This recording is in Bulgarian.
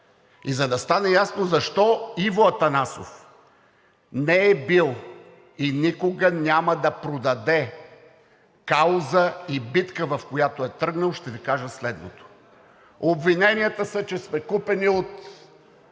за да стане ясно защо Иво Атанасов не е бил и никога няма да продаде кауза и битка, в която е тръгнал, ще Ви кажа следното. Обвиненията, че сме купени от